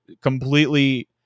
completely